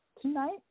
tonight